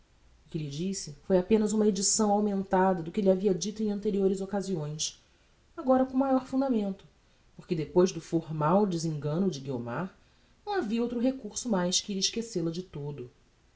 que lhe disse foi apenas ume edição augmentada de que lhe havia dito em anteriores occasiões agora com maior fundamento porque depois do formal desengano de guiomar não havia outro recurso mais que ir esquecel a de todo